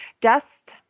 Dust